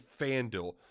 FanDuel